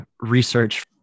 research